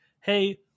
hey